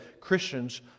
Christians